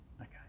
Okay